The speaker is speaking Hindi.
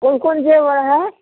कौन कौन जेवर है